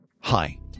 Hi